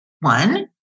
One